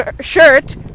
shirt